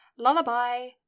Lullaby